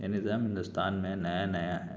یہ نظام ہندوستان میں نیا نیا ہے